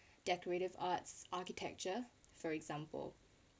decorative arts architecture for example